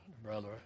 brother